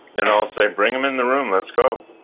and i'll say, bring them in the room. let's go.